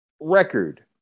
record